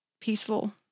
peaceful